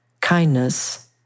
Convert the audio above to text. kindness